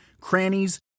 crannies